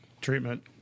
treatment